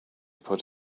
put